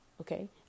okay